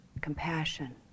compassion